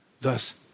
Thus